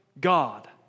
God